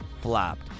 flopped